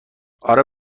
اره